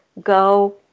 go